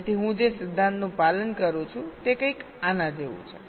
તેથી હું જે સિદ્ધાંતનું પાલન કરું છું તે કંઈક આના જેવું છે